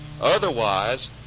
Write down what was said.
Otherwise